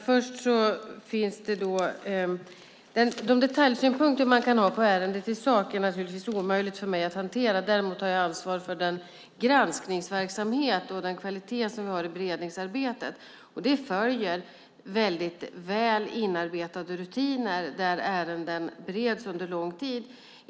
Fru talman! De detaljsynpunkter man kan ha på ärendet i sak är det naturligtvis omöjligt för mig att hantera. Däremot har jag ansvar för den granskningsverksamhet och den kvalitet vi har i beredningsarbetet, och detta följer väldigt väl inarbetade rutiner där ärenden bereds under lång tid.